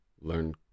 learn